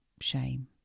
shame